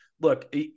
look